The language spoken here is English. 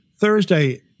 Thursday